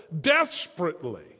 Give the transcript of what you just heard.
desperately